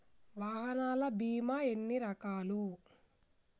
వాహనాల బీమా ఎన్ని రకాలు?